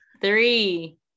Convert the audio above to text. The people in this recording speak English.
Three